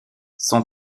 son